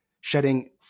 shedding